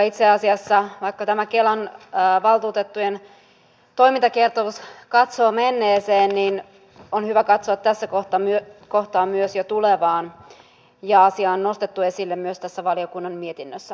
itse asiassa vaikka tämä kelan valtuutettujen toimintakertomus katsoo menneeseen niin on hyvä katsoa tässä kohtaa myös jo tulevaan ja asia on nostettu esille myös tässä valiokunnan mietinnössä